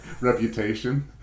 reputation